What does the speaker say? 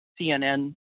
cnn